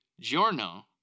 Giorno